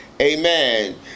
amen